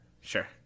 Sure